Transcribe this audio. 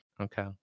Okay